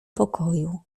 pokoju